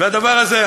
והדבר הזה,